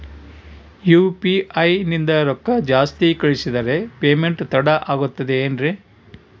UPI ನಿಂದ ರೊಕ್ಕ ಜಾಸ್ತಿ ಕಳಿಸಿದರೆ ಪೇಮೆಂಟ್ ತಡ ಆಗುತ್ತದೆ ಎನ್ರಿ?